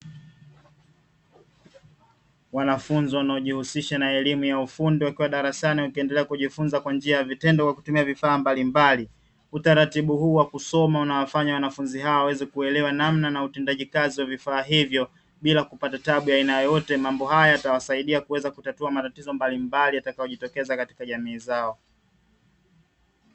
Wanafunzi wanaojihusisha na elimu ya ufundi wakiwa darasani, wakiendelea kujifunza kwa njia ya vitendo, kwa kutumia vifaa mbalimbali. Utaratibu huu wa kusoma unawafanya wanafunzi hao waweze kuelewa namna na utendaji kazi wa vifaa hivyo, bila kupata taabu ya aina yoyote. Mambo haya yatawasaidia kuweza kutatua matatizo mbalimbali, yatakayojitokeza katika jamii zao.